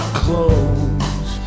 clothes